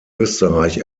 österreich